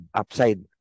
upside